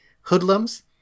hoodlums